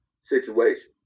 situation